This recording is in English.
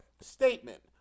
statement